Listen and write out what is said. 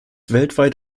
weltweit